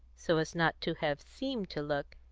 so as not to have seemed to look,